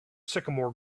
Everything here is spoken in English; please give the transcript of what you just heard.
sycamore